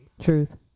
Truth